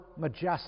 majestic